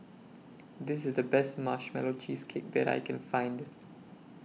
This IS The Best Marshmallow Cheesecake that I Can Find